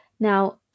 Now